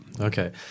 Okay